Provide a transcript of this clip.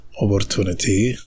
opportunity